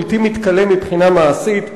בלתי מתכלה מבחינה מעשית,